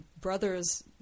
brothers